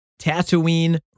Tatooine